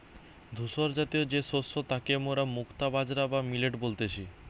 ধূসরজাতীয় যে শস্য তাকে মোরা মুক্তা বাজরা বা মিলেট বলতেছি